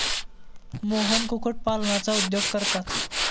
मोहन कुक्कुटपालनाचा उद्योग करतात